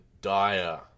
dire